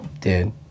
dude